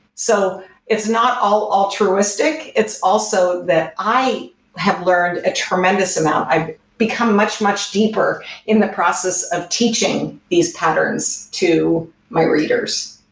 so it's not all altruistic. it's also that i have learned a tremendous amount. i've become much, much deeper in the process of teaching these patterns to my readers.